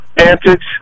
antics